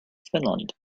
finland